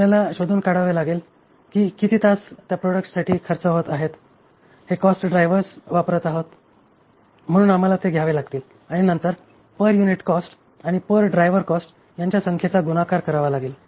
आपल्याला शोधून काढावे लागेल की किती तास त्या प्रोडक्टसाठी खर्च होत आहेत हे कॉस्ट ड्रायव्हर्स वापरत आहेत म्हणून आम्हाला ते घ्यावे लागतील आणि नंतर पर युनिट कॉस्ट आणि पर ड्रायव्हर कॉस्ट यांच्या संख्येचा गुणाकार करावा लागेल